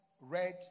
Red